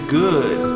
good